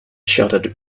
shuddered